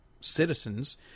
citizens